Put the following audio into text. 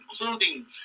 including